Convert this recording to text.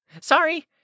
Sorry